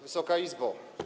Wysoka Izbo!